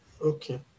Okay